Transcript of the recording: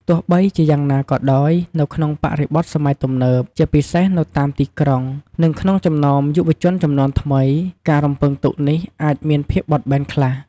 ទោះបីជាយ៉ាងណាក៏ដោយ នៅក្នុងបរិបទសម័យទំនើប ជាពិសេសនៅតាមទីក្រុង និងក្នុងចំណោមយុវជនជំនាន់ថ្មី ការរំពឹងទុកនេះអាចមានភាពបត់បែនខ្លះ។